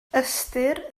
ystyr